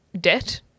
debt